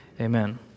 amen